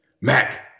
Mac